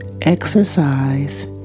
exercise